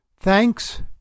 Thanks